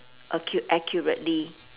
acu~ accurately